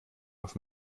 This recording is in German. auf